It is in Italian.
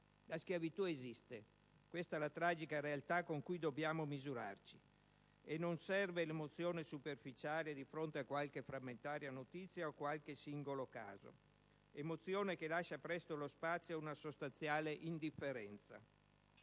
La schiavitù esiste. Questa è la tragica realtà con la quale dobbiamo misurarci, e non serve l'emozione superficiale di fronte a qualche frammentaria notizia o a qualche singolo caso, emozione che lascia presto lo spazio ad una sostanziale indifferenza.